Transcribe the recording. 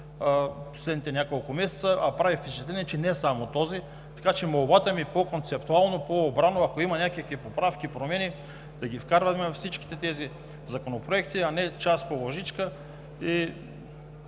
последните няколко месеца, а прави впечатление, че не само този. Молбата ми е по-концептуално, по-обрано. Ако има някакви поправки, промени, да вкарваме всичките тези законопроекти, а не на час по лъжичка,